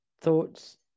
thoughts